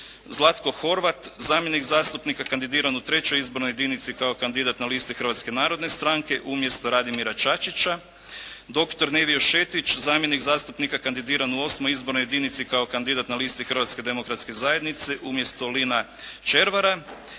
Zlatko Horvat zamjenik zastupnika kandidiran u III. izbornoj jedinici kao kandidat na listi Hrvatske narodne stranke umjesto Radimira Čačića, doktor Nevio Šetić zamjenik zastupnika kandidiran u VIII. izbornoj jedinici kao kandidat na listi Hrvatske demokratske zajednice umjesto Lina Červara,